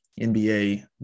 NBA